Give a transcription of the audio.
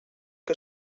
que